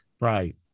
Right